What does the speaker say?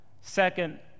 Second